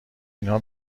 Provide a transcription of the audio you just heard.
اینا